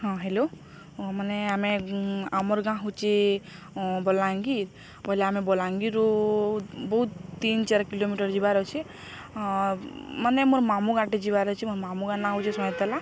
ହଁ ହ୍ୟାଲୋ ମାନେ ଆମେ ଆମର ଗାଁ ହଉଛେ ବଲାଙ୍ଗୀର ବୋଇଲେ ଆମେ ବଲାଙ୍ଗୀରରୁ ବହୁତ ତିନି ଚାର କିଲୋମିଟର ଯିବାର ଅଛେ ମାନେ ମୋର ମାମଁ ଗାଁଟେ ଯିବାର ଅଛି ମୋର ମାମୁଁ ଗାଁ ନାଁ ହଉଛେ ସୟେତଲା